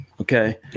okay